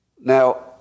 Now